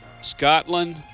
Scotland